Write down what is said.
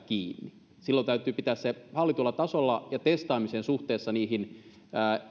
kiinni silloin täytyy pitää se hallitulla tasolla ja testaamisen suhteessa niihin